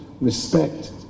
respect